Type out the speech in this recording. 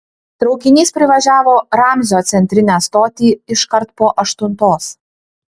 traukinys privažiavo ramzio centrinę stotį iškart po aštuntos